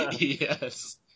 Yes